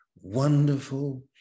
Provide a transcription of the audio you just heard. wonderful